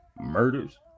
Murders